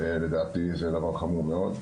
לדעתי זה דבר חמור מאוד.